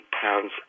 pounds